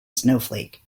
snowflake